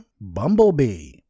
Bumblebee